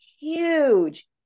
huge